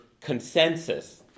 consensus